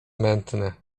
mętne